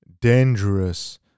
dangerous